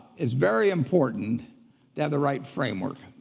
it's very important to have the right framework.